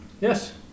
Yes